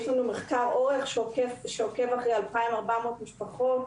יש לנו מחקר אורך שעוקב 2,400 משפחות.